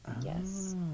Yes